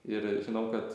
ir žinau kad